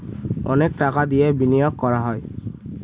অনেক টাকা দিয়ে বিনিয়োগ করা হয়